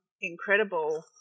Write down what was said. incredible